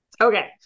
Okay